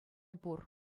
пур